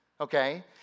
okay